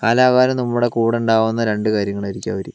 കാലാകാലം നമ്മുടെ കുടെയുണ്ടാവുന്ന രണ്ട് കാര്യങ്ങളായിരിക്കും അവർ